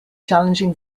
challenging